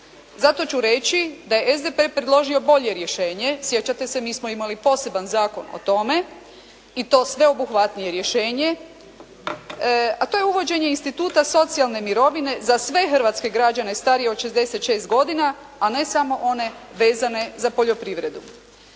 Zato ću reći da je SDP predložio bolje rješenje. Sjećate se, mi smo imali poseban zakon o tome, i to sveobuhvatnije rješenje a to je uvođenje instituta socijalne mirovine za sve hrvatske građane starije od 66 godina a ne samo one vezane za poljoprivredu.